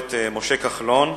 התקשורת משה כחלון.